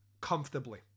comfortably